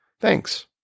Thanks